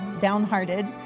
downhearted